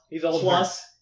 Plus